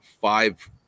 five